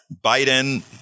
Biden